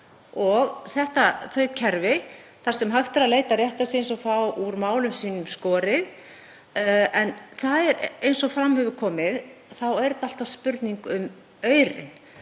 og þau kerfi þar sem hægt er að leita réttar síns og fá úr málum sínum skorið. En eins og fram hefur komið er þetta alltaf spurning um aurinn.